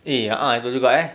eh a'ah betul juga eh